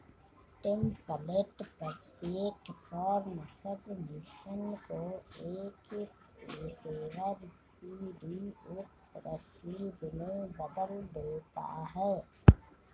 template प्रत्येक form submission को एक पेशेवर पी.डी.एफ रसीद में बदल देता है